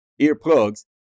Earplugs